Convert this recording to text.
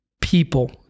people